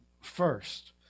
first